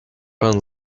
and